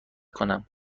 کنم